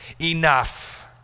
enough